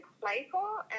playful